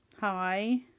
hi